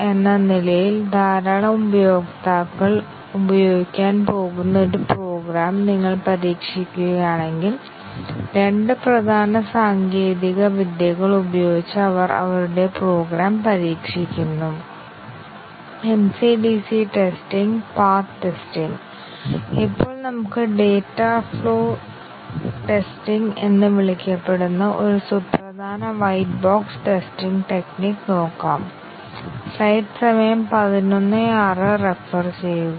അതിനാൽ ലൂപ്പിന്റെ ഓരോ ആവർത്തനത്തിനും ഒരു പുതിയ പാത്ത് ഉണ്ടാകും നിങ്ങൾക്ക് ലൂപ്പിലെ എല്ലാ പാത്തുകളും ആവശ്യമുണ്ടെങ്കിൽ ആവശ്യമായ ടെസ്റ്റ് കേസുകളുടെ എണ്ണം ഞങ്ങൾ ഭംഗിയായി നിർവഹിക്കും ഏതെങ്കിലും പ്രായോഗിക പ്രോഗ്രാമിന് എല്ലാ പാത്ത് ടെസ്റ്റിംഗും നേടാൻ കഴിയില്ല അപ്രായോഗികമാണ് അതിനാലാണ് ഒരു ലിനെയാർലി ഇൻഡിപെൻഡെന്റ് പാത്തിനെക്കുറിച്ചുള്ള ഈ ധാരണയെ ഞങ്ങൾ നിർവചിക്കേണ്ടതുണ്ട്